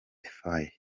faye